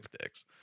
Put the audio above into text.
sticks